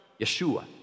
Yeshua